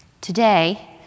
Today